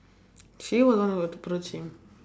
she was the one who approached him